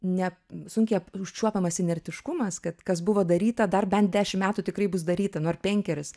ne sunkiai ap užčiuopiamas inertiškumas kad kas buvo daryta dar bent dešim metų tikrai bus daryta nu ar penkerius